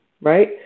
right